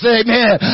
amen